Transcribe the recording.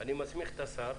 אני מסמיך את השר,